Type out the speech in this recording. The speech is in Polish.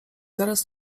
zaraz